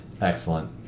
Excellent